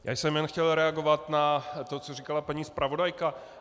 Jen jsem chtěl reagovat na to, co říkala paní zpravodajka.